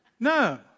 No